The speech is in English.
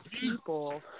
people